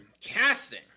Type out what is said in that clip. Casting